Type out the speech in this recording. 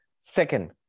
Second